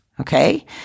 okay